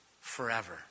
forever